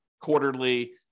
quarterly